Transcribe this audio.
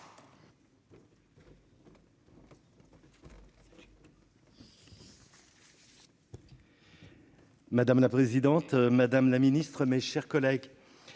Madame la présidente, Madame la Ministre, mes chers collègues,